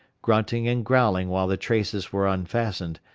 grunting and growling while the traces were unfastened,